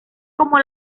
como